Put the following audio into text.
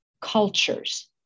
cultures